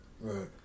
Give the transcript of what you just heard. Right